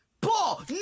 Ball